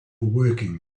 working